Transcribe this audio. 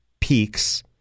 peaks